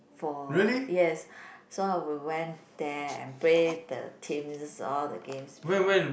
for yes so I will went there and play the teams all the games before